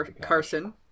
carson